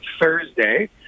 Thursday